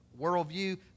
worldview